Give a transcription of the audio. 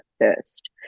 first